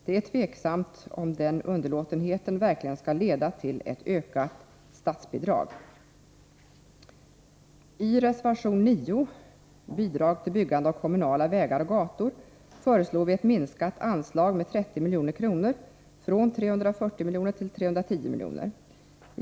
Det är tveksamt om denna underlåtenhet verkligen skall leda till ett ökat statsbidrag. I reservation 9 om anslaget Bidrag till byggande av kommunala vägar och gator föreslår vi en minskning av anslaget med 30 milj.kr., från 340 milj.kr. till 310 milj.kr.